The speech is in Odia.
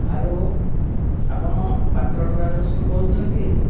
ହ୍ୟାଲୋ ଆପଣ ପାତ୍ର ଟ୍ରାଭେଲ୍ସ୍ରୁ କହୁଥିଲେ କି